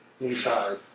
inside